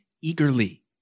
eagerly